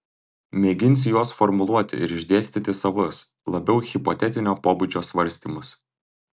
mėginsiu juos formuluoti ir išdėstyti savus labiau hipotetinio pobūdžio svarstymus